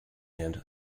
and